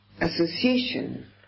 association